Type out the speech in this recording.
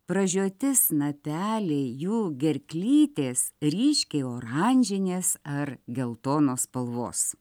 pražioti snapeliai jų gerklytės ryškiai oranžinės ar geltonos spalvos